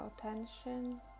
tension